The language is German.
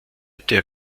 der